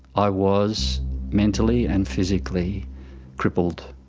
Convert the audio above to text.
i was mentally and physically crippled.